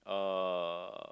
uh